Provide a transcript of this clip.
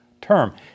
term